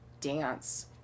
dance